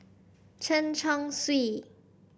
Chen Chong Swee